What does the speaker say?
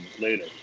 later